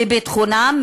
מביטחונם,